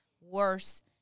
worse